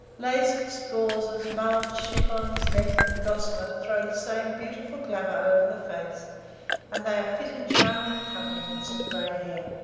laces, gauzes, mulls, chiffons, net, and gossamer throw the same beautiful glamour over the face and they are fit and charming accompaniments of gray hair,